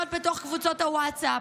להיות בתוך קבוצות ווטסאפ,